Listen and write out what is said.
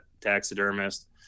taxidermist